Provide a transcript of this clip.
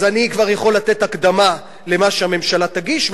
אז אני כבר יכול לתת הקדמה למה שהממשלה תגיש.